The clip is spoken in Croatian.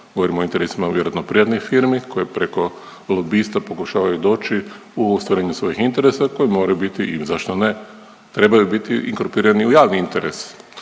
govorimo o interesima vjerojatno privatnih firmi koje preko lobista pokušavaju doći u ostvarenju svojih interesa koji moraju biti i zašto ne, trebaju biti inkorporirani u javni interes.